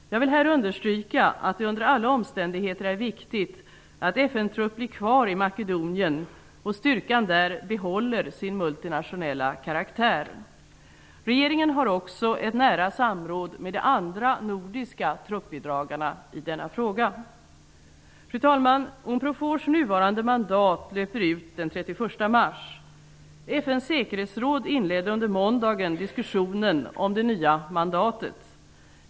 Jag vill här understryka att det under alla omständigheter är viktigt att FN-truppen blir kvar i Makedonien och att styrkan där behåller sin multinationella karaktär. Regeringen har också ett nära samråd med de andra nordiska truppbidragarna i denna fråga. Fru talman! Unprofors nuvarande mandat löper ut den 31 mars. FN:s säkerhetsråd inledde under måndagen diskussionen om det nya mandatet.